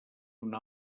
una